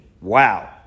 Wow